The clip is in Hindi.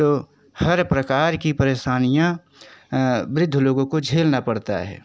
तो हर प्रकार की परेशानियाँ वृद्ध लोगों को झेलना पड़ता है